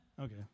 okay